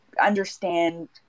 understand